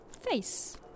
face